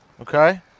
Okay